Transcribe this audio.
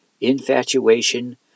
infatuation